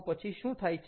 પછી શું થાય છે